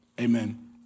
Amen